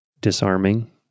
disarming